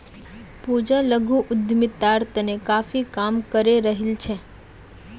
पूजा लघु उद्यमितार तने काफी काम करे रहील् छ